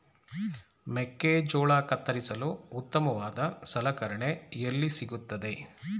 ಮೆಕ್ಕೆಜೋಳ ಕತ್ತರಿಸಲು ಉತ್ತಮವಾದ ಸಲಕರಣೆ ಎಲ್ಲಿ ಸಿಗುತ್ತದೆ?